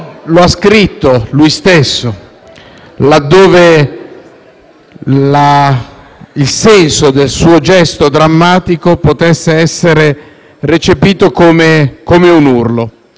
il senso del suo gesto drammatico potesse essere recepito come un urlo. Alcuni passaggi, però, ve li voglio leggere: